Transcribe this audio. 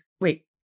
wait